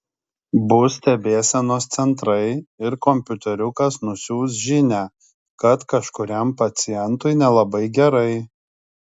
bus stebėsenos centrai ir kompiuteriukas nusiųs žinią kad kažkuriam pacientui nelabai gerai